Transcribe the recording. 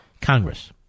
Congress